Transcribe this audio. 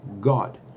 God